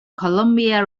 columbia